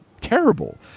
terrible